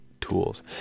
tools